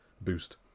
boost